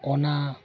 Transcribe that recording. ᱚᱱᱟ